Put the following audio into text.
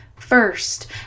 First